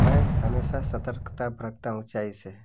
मैं हमेशा सतर्कता बरतता हूँ ऊँचाई से